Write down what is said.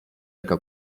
jaka